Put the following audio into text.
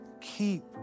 keep